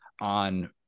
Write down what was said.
on